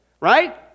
Right